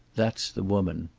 that's the woman.